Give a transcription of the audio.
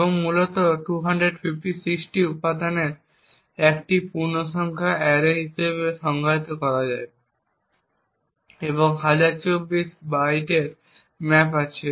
এবং মূলত 256 টি উপাদানের একটি পূর্ণসংখ্যা অ্যারে হিসাবে সংজ্ঞায়িত করা হয় এবং 1024 বাইটের মাপ আছে